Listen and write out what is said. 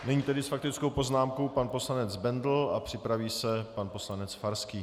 Nyní tedy s faktickou poznámkou pan poslanec Bendl a připraví se pan poslanec Farský.